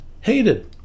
hated